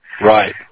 Right